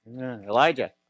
elijah